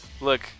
Look